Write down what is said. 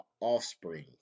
offspring